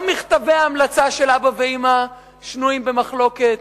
גם מכתבי ההמלצה של אבא ואמא שנויים במחלוקת.